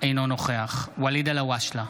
אינו נוכח ואליד אלהואשלה,